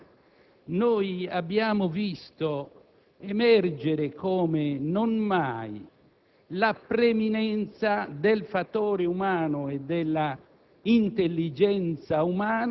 In questi anni di pratica esperienza nella lotta al terrorismo internazionale e alla criminalità organizzata,